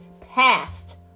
past